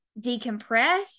decompress